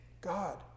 God